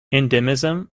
endemism